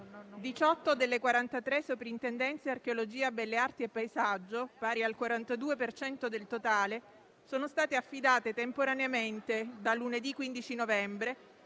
18 delle 43 soprintendenze archeologia, belle arti e paesaggio, pari al 42 per cento del totale, sono state affidate temporaneamente, da lunedì 15 novembre,